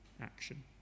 action